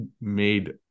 made